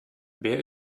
wer